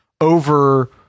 over